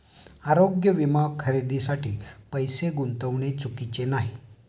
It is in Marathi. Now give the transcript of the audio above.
आरोग्य विमा खरेदीसाठी पैसे गुंतविणे चुकीचे नाही